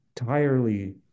entirely